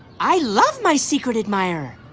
i love my secret admirer.